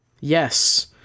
yes